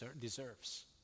deserves